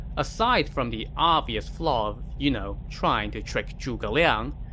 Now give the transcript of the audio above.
aside from the obvious flaw of, you know, trying to trick zhuge liang,